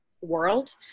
world